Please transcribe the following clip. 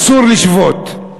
אסור לשבות,